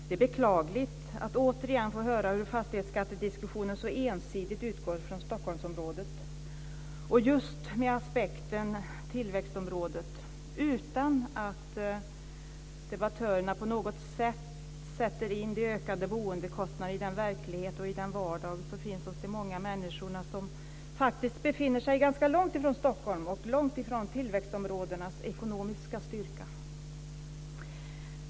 Det är beklagligt att återigen få höra hur fastighetsskattediskussionen så ensidigt utgår från Stockholmsområdet, just med aspekten tillväxtområde, utan att debattörerna på något sätt sätter in de ökade boendekostnaderna i den verklighet och den vardag som finns hos de många människor som faktiskt befinner sig ganska långt från Stockholm och långt från tillväxtområdenas ekonomiska styrka.